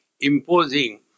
imposing